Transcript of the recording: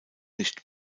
nicht